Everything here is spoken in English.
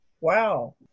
Wow